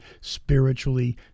spiritually